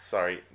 Sorry